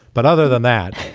but other than that,